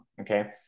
okay